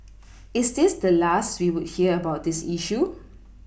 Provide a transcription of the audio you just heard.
is this the last we would hear about this issue